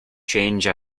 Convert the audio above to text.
change